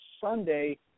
Sunday